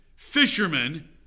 fishermen